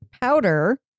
powder